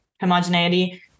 homogeneity